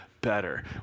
better